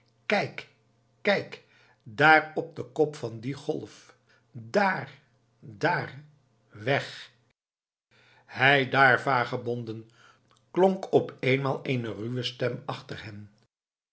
kijk kijk daar op den kop van die golf daar daar weg heidaar vagebonden klonk op eenmaal eene ruwe stem achter hen